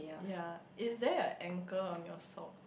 yea is there a ankle on your socks